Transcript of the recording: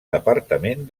departament